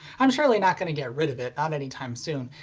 i'm surely not going to get rid of it, not any time soon,